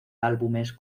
álbumes